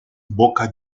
boca